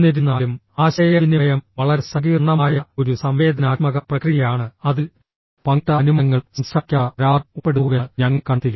എന്നിരുന്നാലും ആശയവിനിമയം വളരെ സങ്കീർണ്ണമായ ഒരു സംവേദനാത്മക പ്രക്രിയയാണ് അതിൽ പങ്കിട്ട അനുമാനങ്ങളും സംസാരിക്കാത്ത കരാറും ഉൾപ്പെടുന്നുവെന്ന് ഞങ്ങൾ കണ്ടെത്തി